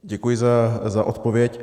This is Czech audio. Děkuji za odpověď.